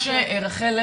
קרן,